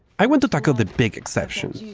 i want to tackle the big exceptions,